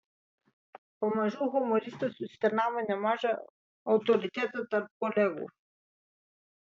pamažu humoristas užsitarnavo nemažą autoritetą tarp kolegų